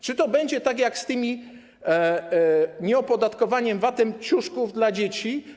Czy to będzie tak jak z tym nieopodatkowaniem VAT-em ciuszków dla dzieci?